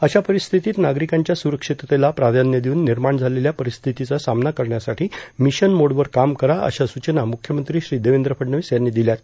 अशा परिस्थितीत नागरिकांच्या स्प्रक्षिततेला प्राधान्य देवून निर्माण झालेल्या परिस्थितीचा सामना करण्यासाठी मिशनमोडवर काम करा अशा सूचना मुख्यमत्री श्री देवेंद्र फडणवीस यांनी दिल्यात